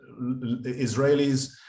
Israelis